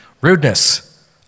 rudeness